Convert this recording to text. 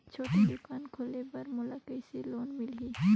छोटे दुकान खोले बर मोला कइसे लोन मिलही?